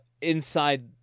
inside